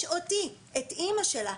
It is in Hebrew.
יש אותי את אמא שלה,